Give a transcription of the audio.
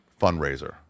fundraiser